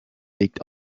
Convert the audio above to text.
liegt